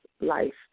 life